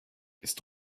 ist